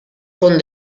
con